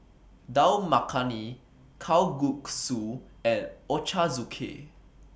Dal Makhani Kalguksu and Ochazuke